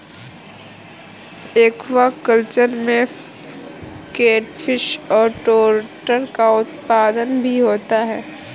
aquaculture में catfish और trout का उत्पादन भी होता है